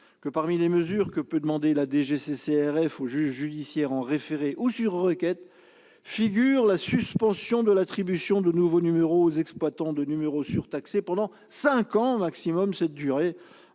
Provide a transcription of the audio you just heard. que, parmi les mesures que peut demander la DGCCRF au juge judiciaire en référé ou sur requête, figure la suspension de l'attribution de nouveaux numéros aux exploitants de numéros surtaxés pendant cinq ans au maximum. Une telle durée